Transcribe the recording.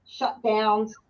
shutdowns